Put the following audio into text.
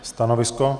Stanovisko?